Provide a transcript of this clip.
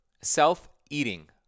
self-eating